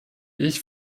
ich